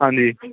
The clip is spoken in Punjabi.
ਹਾਂਜੀ